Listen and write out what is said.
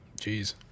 jeez